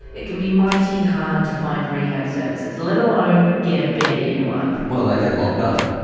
it can be mighty hard to find rehab services, let alone get a bed in one. well they get locked up.